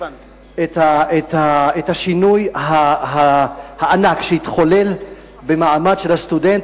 את השינוי הענק שהתחולל במעמד של הסטודנט